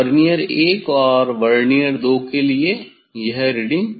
vernier 1 और vernier 2 के लिए यह रीडिंग